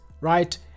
right